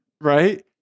Right